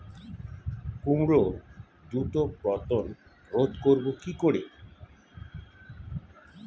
কুমড়োর দ্রুত পতন রোধ করব কি করে?